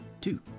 Two